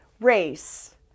race